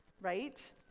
right